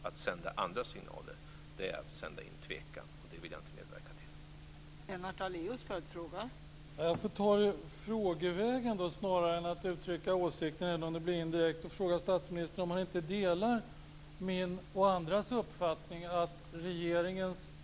Att sända andra signaler är att sända in tvekan, och det vill jag inte medverka till.